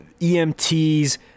EMTs